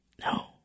No